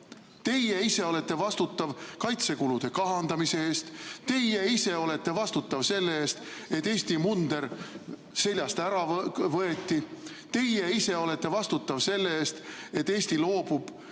Teie ise olete vastutav kaitsekulude kahandamise eest. Teie ise olete vastutav selle eest, et Eesti munder seljast ära võeti. Teie ise olete vastutav selle eest, et Eesti loobub